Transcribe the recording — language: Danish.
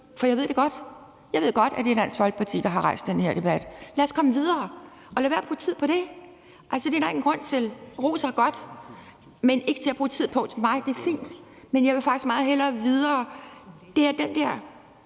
for jeg ved det godt. Jeg ved godt, at det er Dansk Folkeparti, der har rejst den her debat. Lad os komme videre og lade være med at bruge tid på det. Det er der ingen grund til. Ros er godt, men ikke at bruge tid på. Nej, det er fint, men jeg vil faktisk meget hellere videre. Det er den der